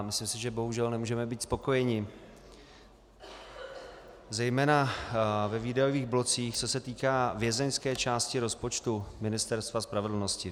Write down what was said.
Myslím si, že bohužel nemůžeme být spokojeni, zejména ve výdajových blocích, co se týká vězeňské části rozpočtu Ministerstva spravedlnosti.